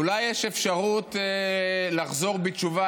אולי לקואליציה הזאת יש אפשרות לחזור בתשובה,